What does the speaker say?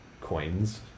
coins